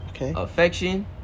affection